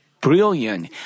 brilliant